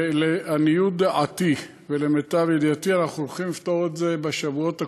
ולעניות דעתי ולמיטב ידיעתי אנחנו הולכים לפתור את זה בשבועות הקרובים.